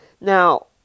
Now